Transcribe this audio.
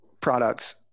products